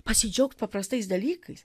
pasidžiaugt paprastais dalykais